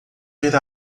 ver